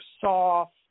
soft –